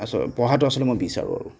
পঢ়াটো আচলতে মই বিচাৰোঁ